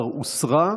11 הוסרה.